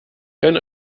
kann